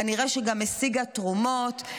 כנראה שגם השיגה תרומות,